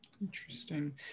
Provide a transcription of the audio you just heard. Interesting